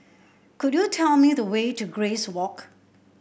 could you tell me the way to Grace Walk